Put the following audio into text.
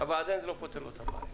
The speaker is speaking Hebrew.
אבל זה עדיין לא פותר לו את הבעיה.